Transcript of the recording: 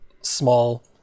small